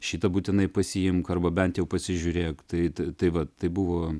šitą būtinai pasiimk arba bent jau pasižiūrėk tai tai va tai buvo